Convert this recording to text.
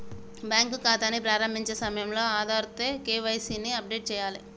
bank ఖాతాని ప్రారంభించే సమయంలో ఆధార్తో కేవైసీ ని అప్డేట్ చేయాలే